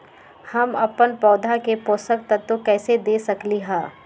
हम अपन पौधा के पोषक तत्व कैसे दे सकली ह?